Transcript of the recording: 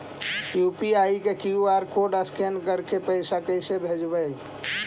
UPI के QR code scan करके पैसा कैसे भेजबइ?